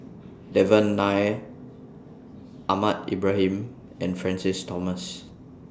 Devan Nair Ahmad Ibrahim and Francis Thomas